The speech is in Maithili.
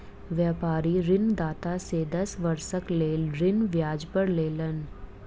व्यापारी ऋणदाता से दस वर्षक लेल ऋण ब्याज पर लेलैन